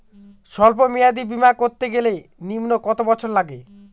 সল্প মেয়াদী বীমা করতে গেলে নিম্ন কত বছর লাগে?